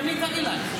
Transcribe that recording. פנית אליי,